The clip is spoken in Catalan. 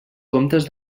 comptes